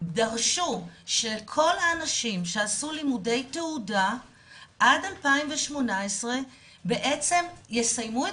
דרשו שכל האנשים שעשו לימודי תעודה עד 2018 יסיימו את